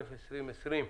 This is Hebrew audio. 25 באוקטובר 2020,